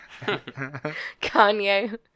Kanye